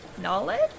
knowledge